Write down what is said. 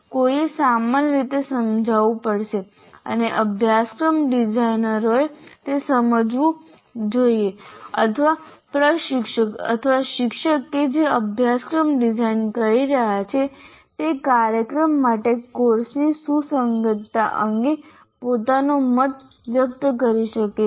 તેથી કોઈએ સામાન્ય રીતે સમજાવવું પડશે અને અભ્યાસક્રમ ડિઝાઇનરોએ તે સમજાવવું જોઈએ અથવા પ્રશિક્ષક અથવા શિક્ષક કે જે અભ્યાસક્રમ ડિઝાઇન કરી રહ્યા છે તે કાર્યક્રમ માટે કોર્સની સુસંગતતા અંગે પોતાનો મત વ્યક્ત કરી શકે છે